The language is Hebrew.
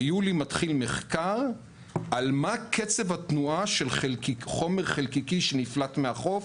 ביולי מתחיל מחקר על מה קצב התנועה של חומר חלקיקי שנפלט מהחוף